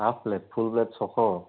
half plate full plate ছশ